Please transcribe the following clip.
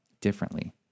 differently